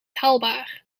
haalbaar